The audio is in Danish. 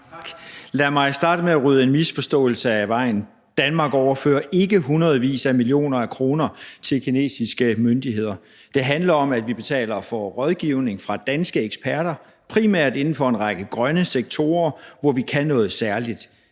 Lad mig starte med at rydde en misforståelse af vejen. Danmark overfører ikke hundredvis af millioner af kroner til kinesiske myndigheder. Det handler om, at vi betaler for rådgivning fra danske eksperter, primært inden for en række grønne sektorer, hvor vi kan noget særligt.